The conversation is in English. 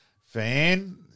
fan